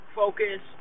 focus